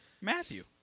Matthew